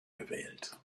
gewählt